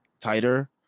tighter